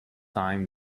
times